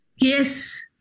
Yes